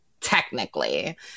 technically